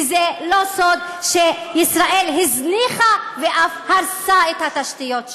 וזה לא סוד שישראל הזניחה ואף הרסה את התשתיות שם.